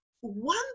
one